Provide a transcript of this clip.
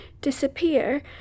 disappear